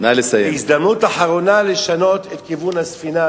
זאת הזדמנות אחרונה לשנות את כיוון הספינה,